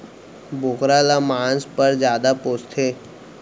बोकरा ल मांस पर जादा पोसथें